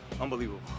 Unbelievable